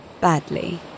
badly